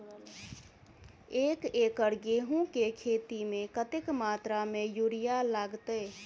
एक एकड़ गेंहूँ केँ खेती मे कतेक मात्रा मे यूरिया लागतै?